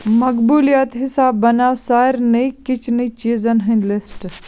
مقبوٗلِیت حِساب بناو سارنٕے کِچنٕکۍ چیٖزَن ہٕنٛدۍ لِسٹ